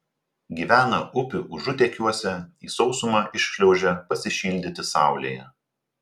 gyvena upių užutekiuose į sausumą iššliaužia pasišildyti saulėje